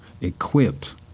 equipped